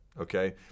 okay